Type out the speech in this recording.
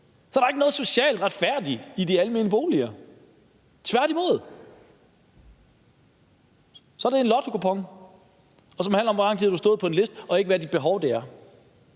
Så der er ikke noget socialt retfærdigt ved de almene boliger – tværtimod er det en lottokupon, som handler om, hvor lang tid du har stået på en liste, og ikke om, hvad dit behov er.